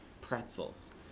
pretzels